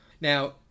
Now